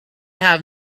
have